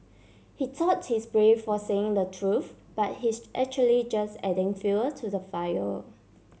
he thought he's brave for saying the truth but he's actually just adding fuel to the fire